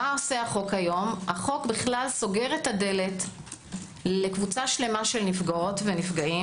כיום החוק בכלל סוגר את הדלת לקבוצה שלמה של נפגעות ונפגעים